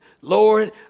Lord